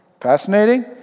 Fascinating